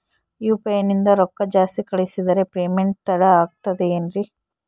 UPI ನಿಂದ ರೊಕ್ಕ ಜಾಸ್ತಿ ಕಳಿಸಿದರೆ ಪೇಮೆಂಟ್ ತಡ ಆಗುತ್ತದೆ ಎನ್ರಿ?